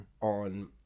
on